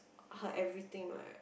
her everything lah